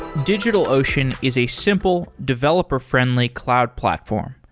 digitalocean is a simple, developer friendly cloud platform.